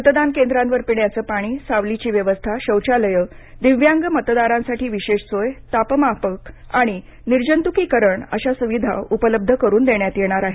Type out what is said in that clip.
मतदान केंद्रांवर पिण्याचं पाणी सावलीची व्यवस्था शौचालय दिव्यांग मतदारांसाठी विशेष सोय तापमापक आणि निर्जंतुकीकरण अशा सुविधा उपलब्ध करून देण्यात येणार आहेत